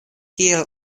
kiel